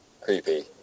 creepy